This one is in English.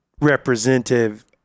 representative